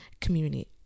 community